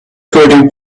coding